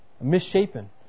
misshapen